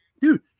Dude